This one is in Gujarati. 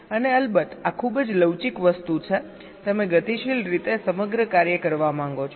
અને અલબત્ત આ ખૂબ જ લવચીક વસ્તુ છેતમે ગતિશીલ રીતે સમગ્ર કાર્ય કરવા માંગો છો